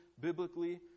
biblically